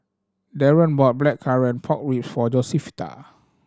Deron bought blackcurrant pork rib for Josefita